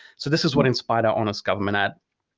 so this is what inspired our honest government ad.